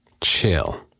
Chill